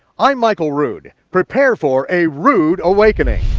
i'm michael rood, prepare for a rood awakening.